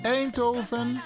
Eindhoven